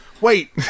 Wait